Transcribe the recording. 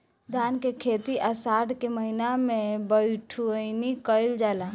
धान के खेती आषाढ़ के महीना में बइठुअनी कइल जाला?